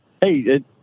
Hey